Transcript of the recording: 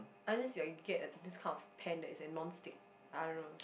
until you are get a this kind of pan that's an non stick